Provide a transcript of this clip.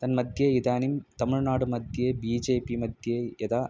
तन्मध्ये इदानीं तमिळ्नाडुमध्ये बि जे पिमध्ये यदा